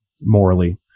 morally